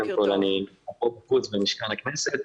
אני מחוץ למשכן הכנסת.